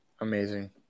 Amazing